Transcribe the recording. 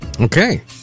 Okay